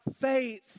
faith